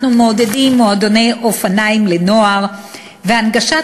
אנחנו מעודדים מועדוני אופניים לנוער והנגשת